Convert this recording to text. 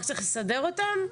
רק צריך לסדר אותם?